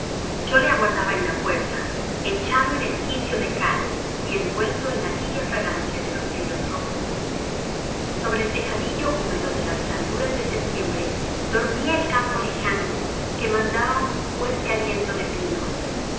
yo le aguardaba en la puerta echado en el quicio de cal y envuelto en la tibia fragancia de los heliotropos sobre el tejadillo húmedo de las blanduras de septiembre dormía el campo lejano que mandaba un fuerte aliento de pinos